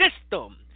system